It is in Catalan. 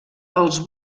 els